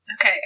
Okay